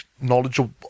knowledgeable